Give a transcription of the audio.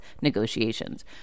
negotiations